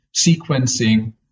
sequencing